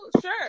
sure